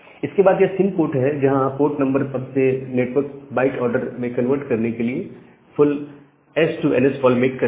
इसके बाद यह सिन पोर्ट है जहां आप पोर्ट नंबर पर से नेटवर्क बाइट बाइट ऑर्डर में कन्वर्ट करने के लिए फुल यह H to N S call make करते हैं